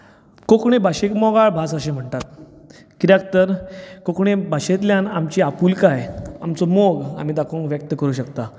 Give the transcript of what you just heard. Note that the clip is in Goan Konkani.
कोंकणी भाश एक मोगाळ भास अशी म्हणटात कित्याक तर कोंकणी भाशेंतल्यान आमची आपुलकाय आमचो मोग आमी दाखोवंक व्यक्त करूक शकता